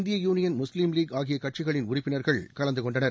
இந்திய யூனியன் முஸ்லிம் லீக் ஆகிய கட்சிகளின் உறுப்பினர்கள் கலந்து கொண்டனர்